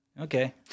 Okay